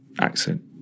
accent